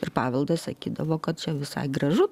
ir paveldas sakydavo kad čia visai gražu